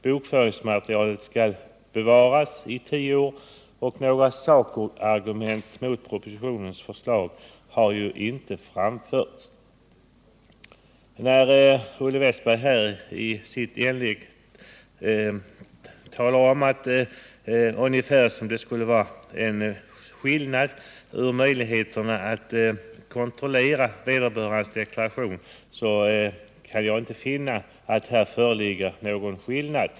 Bokföringsmaterialet skall bevaras i tio år, och några sakargument mot propositionens förslag har ju inte framförts. I sitt inlägg framställde Olle Westberg i Hofors saken ungefär så, att det skulle vara en skillnad när det gäller möjligheterna att kontrollera vederbörandes deklaration. Jag kan emellertid inte finna att det här föreligger någon skillnad.